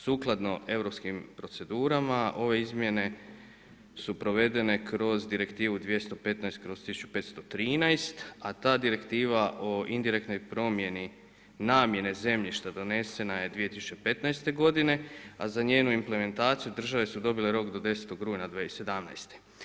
Sukladno europskim procedurama, ove izmjene su proveden kroz Direktivu 2015/1513 a ta direktiva o indirektnoj promjeni namjene zemljišta donesena je 2015. g. a za njenu implementaciju države su dobile rok do 10. rujna 2017.